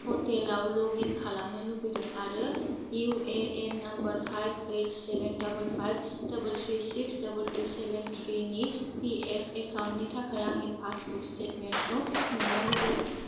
पर्टेलाव log in खालामनो लुबैदों आरो U A N number five eight seven double five double three six double two seven थ्रिनि P F एकाउन्टनि थाखाय आंनि पासबुक स्टेटमेन्टखौ मोननो लुबैदों